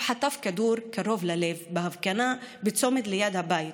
הוא חטף כדור קרוב ללב בהפגנה בצומת ליד הבית,